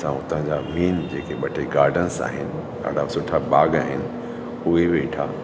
असां उतां जा मेन जेके ॿ टे गार्डन्स आहिनि ॾाढा सुठा बाग आहिनि उहे बि ॾिठा